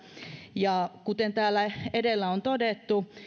ja kuten täällä edellä on todettu